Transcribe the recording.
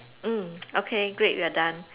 mm okay great we are done